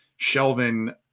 Shelvin